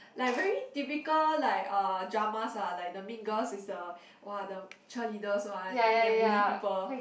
like very typical like uh dramas lah like the mean girls is the !wow! the cheerleaders one then bully people